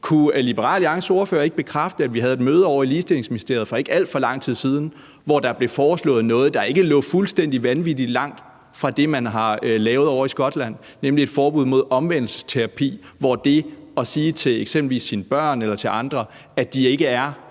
Kunne Liberal Alliances ordfører ikke bekræfte, at vi havde et møde ovre i Ligestillingsministeriet for ikke alt for lang tid siden, hvor der blev foreslået noget, der ikke lå fuldstændig vanvittig langt fra det, man har lavet ovre i Skotland, nemlig et forbud mod omvendelsesterapi, hvor det at sige til eksempelvis sine børn eller til andre, at de ikke er